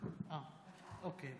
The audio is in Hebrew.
אוקיי.